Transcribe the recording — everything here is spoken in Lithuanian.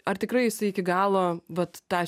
ar tikrai jisai iki galo vat tą